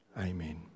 Amen